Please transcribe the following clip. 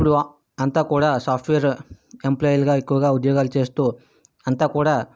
ఇప్పుడు అంతా కూడా సాఫ్ట్వేర్ ఎంప్లాయ్లుగా ఎక్కువగా ఉద్యోగాలు చేస్తూ అంతా కూడా